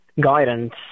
guidance